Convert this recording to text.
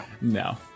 No